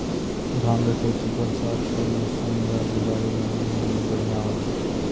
धान के खेती बरसात के मौसम या जुलाई महीना में बढ़ियां होला?